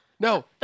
No